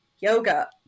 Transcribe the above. yoga